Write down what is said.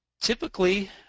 typically